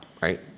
Right